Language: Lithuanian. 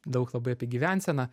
daug labai apie gyvenseną